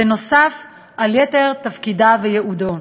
בנוסף על יתר תפקידיו וייעודו.